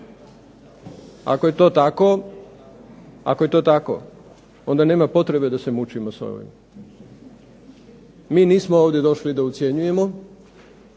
Ako je to tako, onda nema potrebe da se mučimo s ovim. MI nismo ovdje došli da ucjenjujemo,